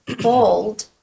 bold